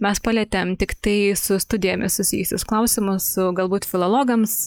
mes palietėm tiktai su studijomis susijusius klausimus su galbūt filologams